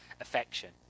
affection